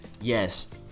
Yes